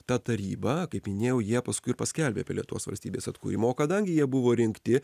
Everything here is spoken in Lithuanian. ta taryba kaip minėjau jie paskui ir paskelbė apie lietuvos valstybės atkūrimą o kadangi jie buvo rinkti